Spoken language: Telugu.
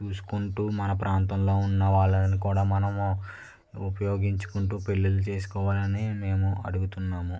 చూసుకుంటూ మన ప్రాంతంలో ఉన్న వాళ్ళని కూడా మనము ఉపయోగించుకుంటూ పెళ్ళిళ్ళు చేసుకోవాలని మేము అడుగుతున్నాము